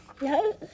No